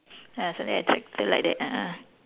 ah something like a tractor like that a'ah